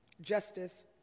Justice